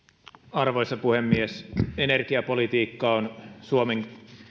arvoisa puhemies energiapolitiikka on suomen